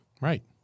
Right